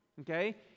okay